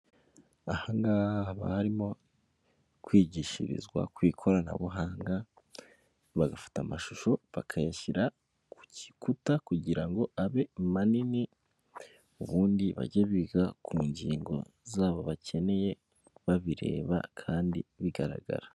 Aha ngaha haba harimo kwigishirizwa ku ikoranabuhanga, bagafata amashusho bakayashyira ku kikuta kugira ngo abe manini ubundi bajye biga ku ngingo zabo bakeneye babireba kandi bigaragara.